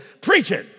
preaching